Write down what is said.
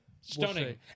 stunning